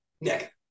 Nick